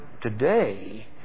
today